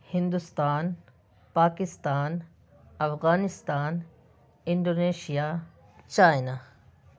Hindustan Pakistan Afghanistan Indonesia China